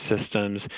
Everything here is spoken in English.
systems